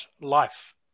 life